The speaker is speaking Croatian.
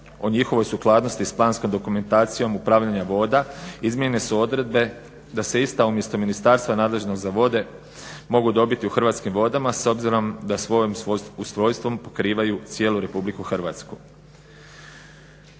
o njihovoj sukladnosti sa planskom dokumentacijom upravljanja voda izmijenjene su odredbe da se ista umjesto ministarstva nadležnog za vode mogu dobiti u Hrvatskim vodama s obzirom da svojim ustrojstvom pokrivaju cijelu Republiku Hrvatsku.